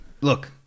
Look